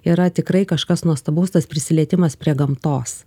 yra tikrai kažkas nuostabaus tas prisilietimas prie gamtos